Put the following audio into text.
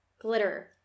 glitter